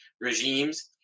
regimes